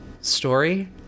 story